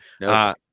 No